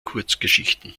kurzgeschichten